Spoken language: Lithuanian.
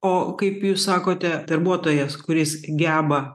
o kaip jūs sakote darbuotojas kuris geba